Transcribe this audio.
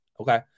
Okay